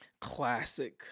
classic